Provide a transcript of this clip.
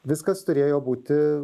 viskas turėjo būti